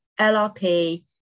LRP